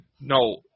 No